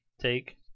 take